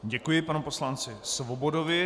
Děkuji panu poslanci Svobodovi.